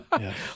Yes